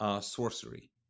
sorcery